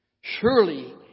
Surely